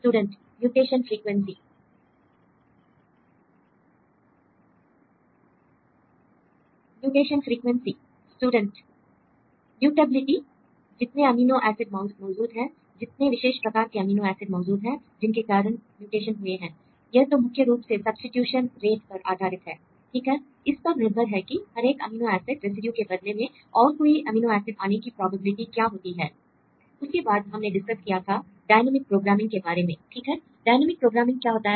student mutation frequency mutation frequency student mutability जितने amino acid मौजूद है जितने विशेष प्रकार के अमीनो एसिड मौजूद हैं जिनके कारण म्यूटेशन हुए हैं l यह तो मुख्य रूप से सब्स्टिट्यूशन रेट पर आधारित है ठीक है इस पर निर्भर है कि हर एक अमीनो एसिड रेसिड्यू के बदले में और कोई अमीनो एसिड आने की प्रोबेबिलिटी क्या होती है l उसके बाद हमने डिस्कस किया था डायनामिक प्रोग्रामिंग के बारे में ठीक है डायनेमिक प्रोग्रामिंग क्या होता है